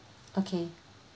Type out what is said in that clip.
okay